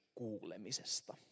kuulemisesta